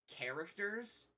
characters